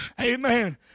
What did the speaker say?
amen